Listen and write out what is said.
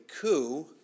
coup